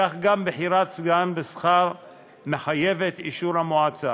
כך, גם בחירת סגן בשכר מחייבת אישור המועצה.